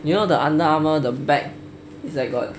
you know the under armour the bag is like got